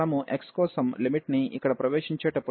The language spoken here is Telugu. మనము x కోసం లిమిట్ ని ఇక్కడ ప్రవేశించేటప్పుడు పెడుతున్నాము